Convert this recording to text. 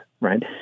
right